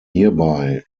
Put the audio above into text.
hierbei